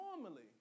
normally